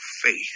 faith